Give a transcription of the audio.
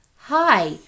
hi